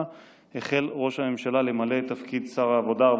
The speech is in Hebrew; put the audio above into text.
החל ראש הממשלה למלא את תפקיד שר העבודה,